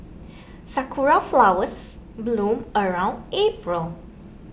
sakura flowers bloom around April